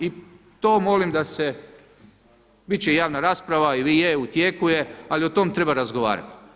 I to molim da se, bit će javna rasprava ili je u tijeku je, ali o tom treba razgovarati.